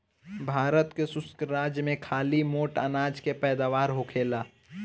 भारत के शुष्क राज में खाली मोट अनाज के पैदावार होखेला